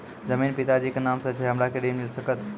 जमीन पिता जी के नाम से छै हमरा के ऋण मिल सकत?